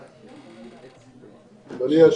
לא, לא.